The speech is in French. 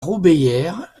robéyère